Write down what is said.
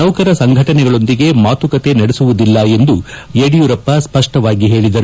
ನೌಕರ ಸಂಘಟನೆಗಳೊಂದಿಗೆ ಮಾತುಕತೆ ನಡೆಸುವುದಿಲ್ಲ ಎಂದು ಯಡಿಯೂರಪ್ಪ ಸ್ಪಷ್ಲವಾಗಿ ಹೇಳಿದರು